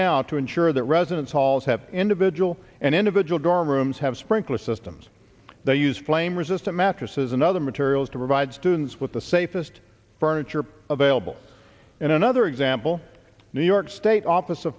now to ensure that residence halls have individual and individual dorm rooms have sprinkler systems that use flame resistant mattresses and other materials to provide students with the safest furniture available in another example new york state office